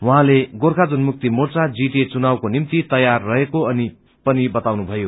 उहाँले गोर्खा जनमुक्ति मोर्चा जीटिए चुनावको निम्ति तैयार रहेको पनि बताउनुभयो